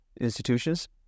institutions